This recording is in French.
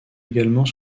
également